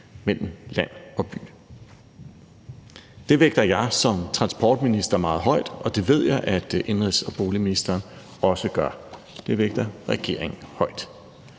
mellem land og by. Det vægter jeg som transportminister meget høj, og det ved jeg at indenrigs- og boligministeren også gør. Det vægter regeringen højt.